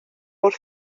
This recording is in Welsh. wrth